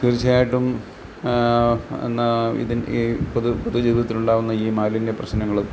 തീർച്ചയായിട്ടും എന്നാൽ ഇതിന് ഈ പുതു പുതു ജീവിതത്തിലുണ്ടാകുന്ന ഈ മാലിന്യ പ്രശ്നങ്ങളും